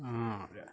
ആ